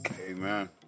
Amen